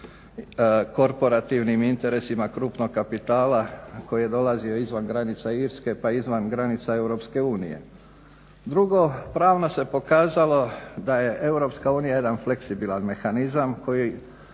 korporativnim interesima krupnog kapitala koji je dolazio izvan granica Irske, pa izvan granica EU. Drugo, pravno se pokazalo da je EU jedan fleksibilan mehanizam koji